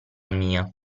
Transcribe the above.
mia